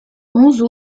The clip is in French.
onze